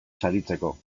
saritzeko